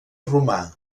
romà